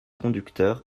conducteurs